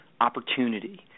opportunity